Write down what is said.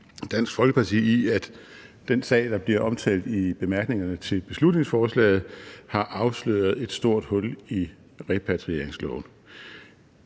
Dansk Folkeparti i, at den sag, der bliver omtalt i bemærkningerne til beslutningsforslaget, har afsløret et stort hul i repatrieringsloven.